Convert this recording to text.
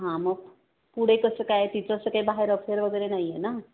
हां मग पुढे कसं काय तिचं असं काही बाहेर अफेअर वगैरे नाही आहे ना